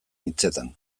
hitzetan